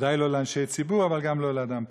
ודאי לא לאנשי ציבור, אבל גם לא לאדם פרטי.